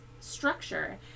structure